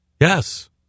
Yes